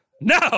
No